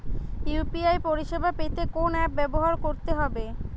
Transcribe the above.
UPI পরিসেবা পেতে কোন অ্যাপ ব্যবহার করতে হবে?